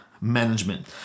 management